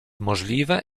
możliwe